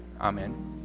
Amen